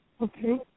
Okay